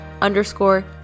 underscore